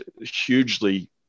hugely